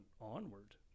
onward